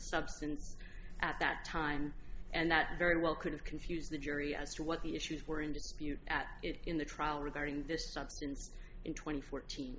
substance at that time and that very well could have confused the jury as to what the issues were in dispute at it in the trial regarding this substance in twenty fourteen